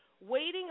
Waiting